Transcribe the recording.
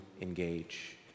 engage